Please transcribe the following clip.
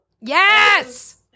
Yes